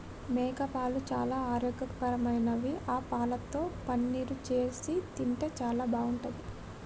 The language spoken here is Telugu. మేకపాలు చాలా ఆరోగ్యకరమైనవి ఆ పాలతో పన్నీరు చేసి తింటే చాలా బాగుంటది